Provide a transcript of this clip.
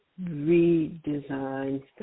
redesigns